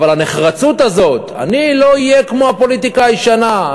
אבל הנחרצות הזאת: אני לא אהיה כמו הפוליטיקה הישנה,